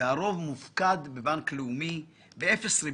והרוב מופקד בבנק לאומי באפס ריבית.